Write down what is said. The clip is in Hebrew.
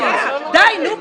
בסדר.